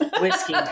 Whiskey